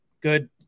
good